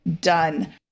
done